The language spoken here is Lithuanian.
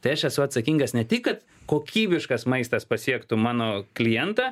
tai aš esu atsakingas ne tik kad kokybiškas maistas pasiektų mano klientą